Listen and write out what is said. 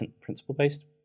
principle-based